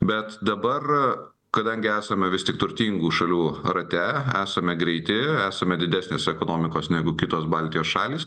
bet dabar kadangi esame vis tik turtingų šalių rate esame greiti esame didesnės ekonomikos negu kitos baltijos šalys